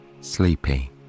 sleepy